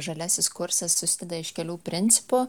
žaliasis kursas susideda iš kelių principų